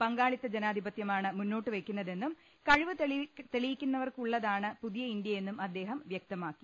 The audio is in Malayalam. പങ്കാ ളിത്ത ജനാധിപത്യമാണ് മുന്നോട്ട്വെക്കുന്നതെന്നും കഴിവ് തെളി യിക്കുന്നവർക്കുള്ളതാണ് പുതിയ ഇന്ത്യയെന്നും അദ്ദേഹം വ്യക്ത മാക്കി